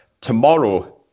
tomorrow